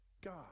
God